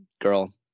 girl